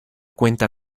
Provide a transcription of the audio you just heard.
cuenta